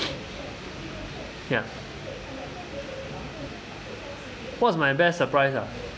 ya what's my best surprise ah